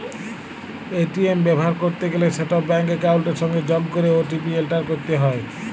ATM ব্যাভার ক্যরতে গ্যালে সেট ব্যাংক একাউলটের সংগে যগ ক্যরে ও.টি.পি এলটার ক্যরতে হ্যয়